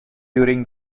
during